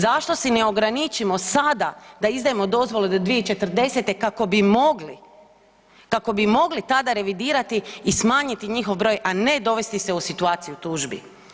Zašto si ne ograničimo sada da izdajemo dozvole do 2040. kako bi mogli, kako bi mogli tada revidirati i smanjiti njihov broj, a ne dovesti se u situaciju tužbi?